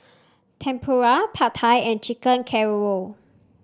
Tempura Pad Thai and Chicken Casserole